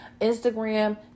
instagram